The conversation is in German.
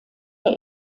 der